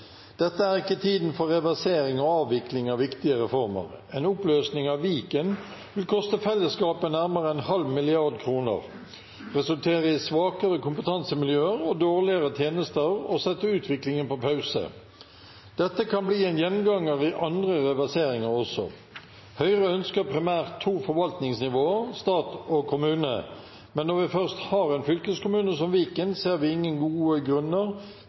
Dette er ikke tiden for reversering og avvikling av viktige reformer. En oppløsning av Viken vil, som jeg har nevnt, koste fellesskapet opp mot en halv milliard kroner, resultere i svakere kompetansemiljøer og dårligere tjenester og sette utviklingen på pause. Dette kommer til å bli en gjenganger også i andre reverseringer, om det måtte være regioner eller kommuner. Jeg ser derfor fram til debatten. Kanskje kan statsråden gi oss noen gode